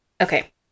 Okay